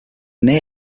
near